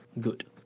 good